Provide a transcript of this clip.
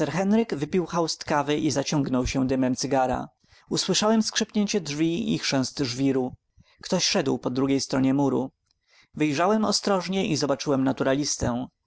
sir henryk wypił haust kawy i zaciągnął się dymem cygara usłyszałem skrzypniecie drzwi i chrzęst żwiru ktoś szedł po drugiej stronie muru wyjrzałem ostrożnie i zobaczyłem naturalistę